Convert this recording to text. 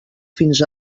fins